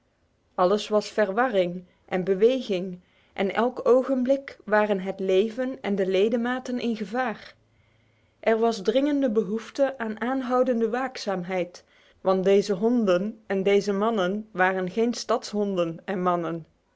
alles was verwarring en beweging en elk ogenblik waren het leven en de ledematen in gevaar er was dringende behoefte aan aanhoudende waakzaamheid want deze honden en deze mannen waren geen stadshonden en mannen